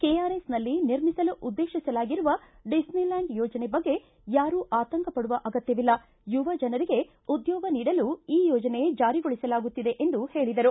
ಕೆಆರ್ಎಸ್ನಲ್ಲಿ ನಿರ್ಮಿಸಲು ಉದ್ದೇಶಿಸಲಾಗಿರುವ ಡಿಸ್ಕಿಲ್ಡಾಂಡ್ ಯೋಜನೆ ಬಗ್ಗೆ ಯಾರು ಆತಂಕ ಪಡುವ ಅಗತ್ಯವಿಲ್ಲ ಯುವ ಜನರಿಗೆ ಉದ್ಯೋಗ ನೀಡಲು ಈ ಯೋಜನೆ ಜಾರಿಗೊಳಿಸಲಾಗುತ್ತಿದೆ ಎಂದು ಹೇಳಿದರು